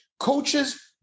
Coaches